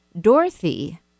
Dorothy